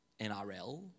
NRL